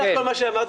בסך הכול מה שאמרתי,